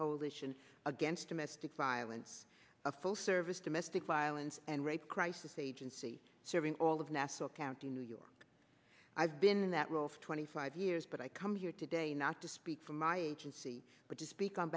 coalition against domestic violence a full service domestic violence and rape crisis agency serving all of nassau county new york i've been in that role for twenty five years but i come here today not to speak for my agency but to speak on